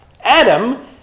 Adam